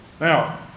Now